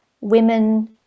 women